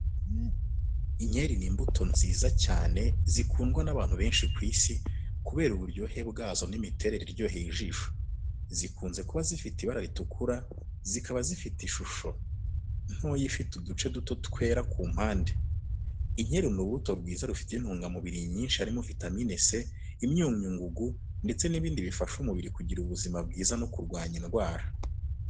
Inkeri ni imbuto nziza cyane zikundwa n’abantu benshi ku Isi kubera uburyohe bwazo n’imiterere iryoheye ijisho. Zikunze kuba zifite ibara ritukura, zikaba zifite ishusho ntoya ifite uduce duto twera ku mpande. Inkeri ni urubuto rwiza rufite intungamubiri nyinshi harimo vitamine C, imyunyungugu, ndetse n’ibindi bifasha umubiri kugira ubuzima bwiza no kurwanya indwara.